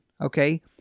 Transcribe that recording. okay